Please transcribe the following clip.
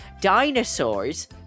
Dinosaurs